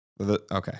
Okay